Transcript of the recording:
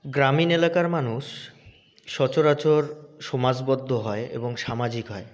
গ্রামীণ এলাকার মানুষ সচরাচর সমাজবদ্ধ হয় এবং সামাজিক হয়